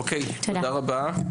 אוקיי, תודה רבה.